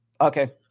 Okay